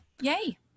Yay